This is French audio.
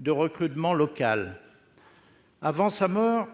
de recrutement local. Avant sa mort,